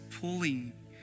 pulling